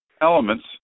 elements